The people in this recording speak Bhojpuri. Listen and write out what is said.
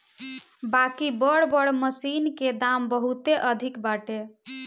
बाकि बड़ बड़ मशीन के दाम बहुते अधिका बाटे